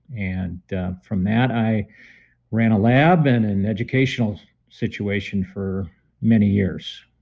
and from that i ran a lab and an educational situation for many years.